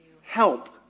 help